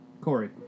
Corey